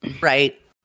Right